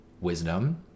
wisdom